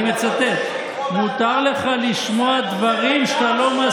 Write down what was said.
אני רוצה באמת לתת קרדיט ולפרגן לכתב המצוין סולימאן מסוודה